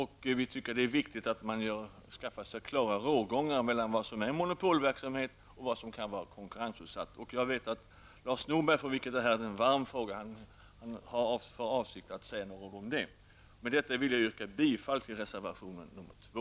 Det är viktigt att man skaffar sig klara rågångar mellan vad som är monopolverksamhet och vad som kan vara konkurrensutsatt. Jag vet att Lars Norberg, för vilken detta är en varm fråga, har för avsikt att säga några ord om det. Med detta vill jag yrka bifall till reservation nr 2.